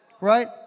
Right